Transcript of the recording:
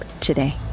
today